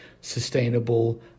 sustainable